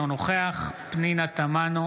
אינו נוכח פנינה תמנו,